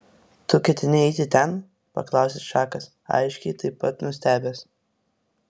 tu ketini eiti ten paklausė čakas aiškiai taip pat nustebęs